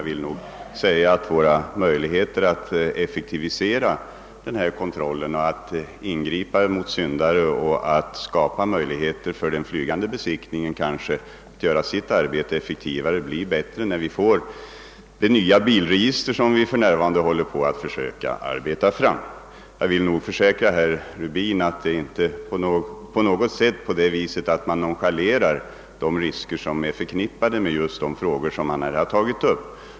Våra möjligheter att kunna ingripa mot syndare samt att skapa förutsättningar för den flygande besiktningen att arbeta effektivare blir bättre, när vi får det nya bilregister som vi för närvarande håller på att arbeta fram. Jag vill försäkra herr Rubin att vi inte på något sätt nonchalerar de risker som är förknippade med de frågor som han tagit upp.